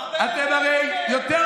אתם הרי דואגים לנו, נכון?